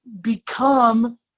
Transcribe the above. become